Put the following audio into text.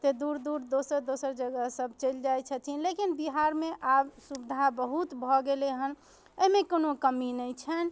ओते दूर दूर दोसर दोसर जगह सब चलि जाइ छथिन लेकिन बिहारमे आब सुविधा बहुत भऽ गेलै हन अइमे कोनो कमी नहि छनि